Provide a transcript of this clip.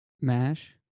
Mash